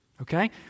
okay